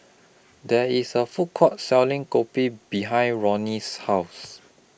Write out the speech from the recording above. There IS A Food Court Selling Kopi behind Ronny's House